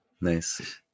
Nice